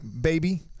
baby